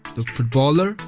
the footballer?